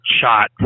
shot